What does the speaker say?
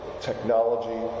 technology